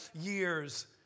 years